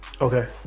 okay